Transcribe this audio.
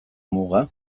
muga